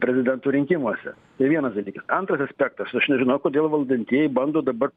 prezidento rinkimuose tai vienas dalykas antras aspektas aš nežinau kodėl valdantieji bando dabar